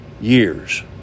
years